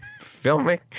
filming